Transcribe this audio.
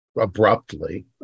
abruptly